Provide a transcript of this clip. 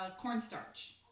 cornstarch